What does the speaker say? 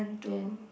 ten